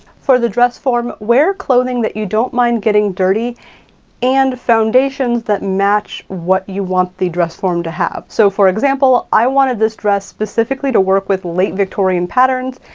for the dress form, wear clothing that you don't mind getting dirty and foundations that match what you want the dress form to have. so for example, i wanted this dress specifically to work with late victorian patterns,